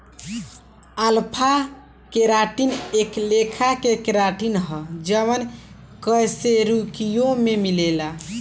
alpha keratin एक लेखा के केराटिन ह जवन कशेरुकियों में मिलेला